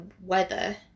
weather